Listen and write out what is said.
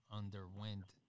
underwent